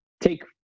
take